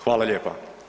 Hvala lijepa.